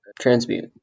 transmute